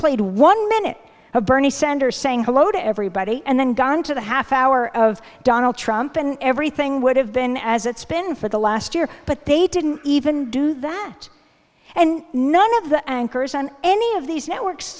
played one minute of bernie sanders saying hello to everybody and then gone to the half hour of donald trump and everything would have been as it's been for the last year but they didn't even do that and none of the anchors on any of these networks